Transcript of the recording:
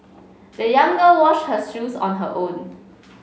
the young girl washed her shoes on her own